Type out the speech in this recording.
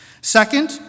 Second